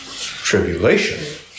tribulation